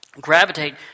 gravitate